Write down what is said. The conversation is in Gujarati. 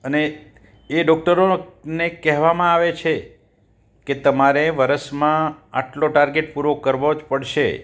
અને એ ડોક્ટરોને કહેવામાં આવે છે કે તમારે વરસમાં આટલો ટાર્ગેટ પૂરો કરવો જ પડશે